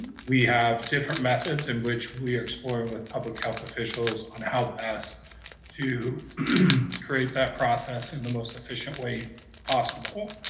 we have different methods in which we're exploring with public health officials on how best to create that process in the most efficient way possible,